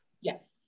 Yes